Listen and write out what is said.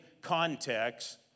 context